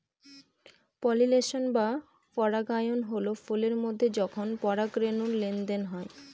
pollination বা পরাগায়ন হল ফুলের মধ্যে যখন পরাগরেনুর লেনদেন হয়